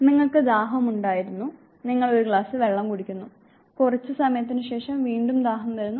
നിങ്ങൾക്ക് ദാഹം ഉണ്ടായിരുന്നു നിങ്ങൾ ഒരു ഗ്ലാസ് വെള്ളം കുടിക്കുന്നു കുറച്ച് സമയത്തിന് ശേഷം വീണ്ടും ദാഹം വരുന്നു